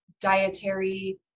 dietary